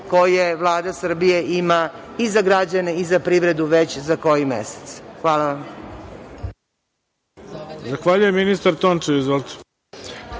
koje Vlada Srbije ima i za građane i za privredu već za koji mesec. Hvala vam.